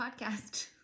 podcast